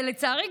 ולצערי,